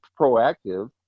proactive